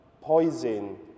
poison